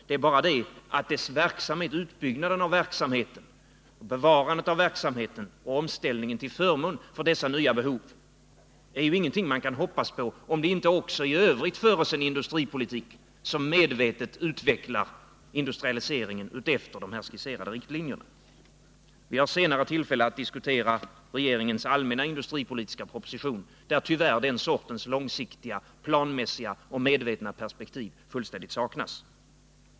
Det är bara det att utbyggnaden av verksamheten och bevarandet av verksamheten samt omställningen till förmån för dessa nya behov inte är någonting som man kan hoppas på, om det inte också i övrigt förs en industripolitik som medvetet utvecklar industrialiseringen efter de här skisserade riktlinjerna. Vi har senare tillfälle att diskutera regeringens allmänna industripolitiska proposition, där tyvärr den sortens långsiktiga, planmässiga och medvetna perspektiv fullständigt saknas.